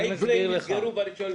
מה יקרה אם יסגרו ב-1 ביולי?